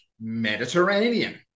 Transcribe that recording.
Mediterranean